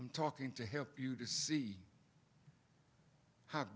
i'm talking to help you to see h